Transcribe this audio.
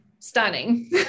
Stunning